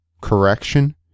correction